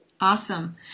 Awesome